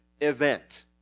event